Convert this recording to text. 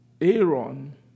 Aaron